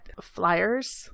flyers